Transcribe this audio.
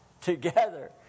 together